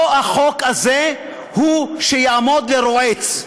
לא החוק הזה הוא שיעמוד לרועץ.